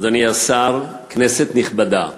אדוני השר, כנסת נכבדה,